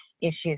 issues